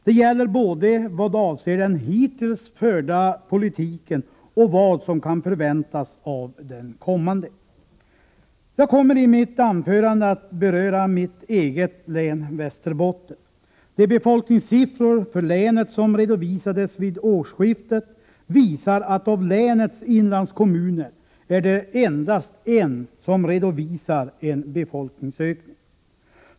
Det gäller både den hittills förda politiken och vad som kan förväntas av den kommande. Jag kommer i mitt anförande att beröra mitt eget län, Västerbottens län. De befolkningssiffror för länet som redovisades vid årsskiftet visar att av länets inlandskommuner är det endast en som redovisar en befolkningsökning.